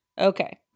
Okay